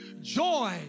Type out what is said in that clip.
joy